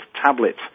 tablet